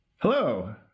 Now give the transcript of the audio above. Hello